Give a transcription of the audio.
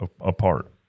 apart